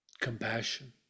Compassion